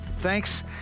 thanks